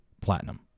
platinum